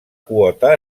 quota